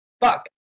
Fuck